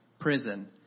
prison